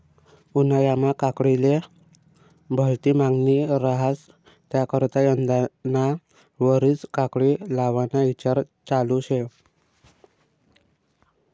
उन्हायामा काकडीले भलती मांगनी रहास त्याकरता यंदाना वरीस काकडी लावाना ईचार चालू शे